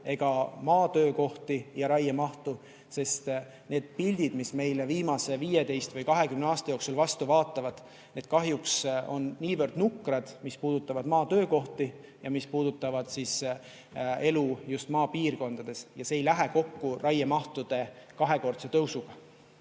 ega maatöökohti ja raiemahtu, sest need pildid, mis meile viimase 15 või 20 aasta jooksul vastu vaatavad, on kahjuks niivõrd nukrad, mis puudutavad just maatöökohti ja elu maapiirkondades. See ei lähe kokku raiemahtude kahekordse tõusuga.